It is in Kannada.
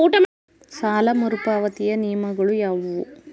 ಸಾಲ ಮರುಪಾವತಿಯ ನಿಯಮಗಳು ಯಾವುವು?